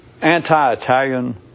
anti-Italian